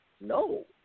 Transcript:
No